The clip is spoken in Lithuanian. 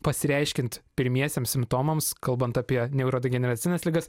pasireiškiant pirmiesiems simptomams kalbant apie neurodegeneracines ligas